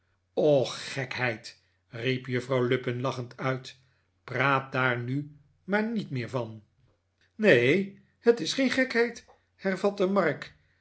och gekheid riep juffrouw lupin lachend uit r praat daar nu maar niet meer van neen het is geen gekheid hervatte mark